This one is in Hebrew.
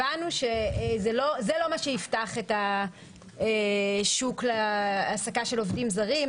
הבנו שזה לא מה שיפתח את השוק להעסקה של עובדים זרים.